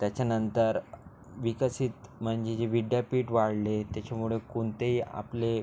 त्याच्यानंतर विकसित म्हणजे जे विद्यापीठ वाढले त्याच्यामुळं कोणतेही आपले